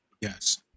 yes